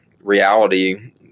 reality